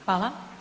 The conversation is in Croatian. Hvala.